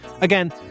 Again